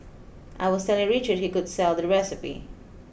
I was telling Richard he could sell the recipe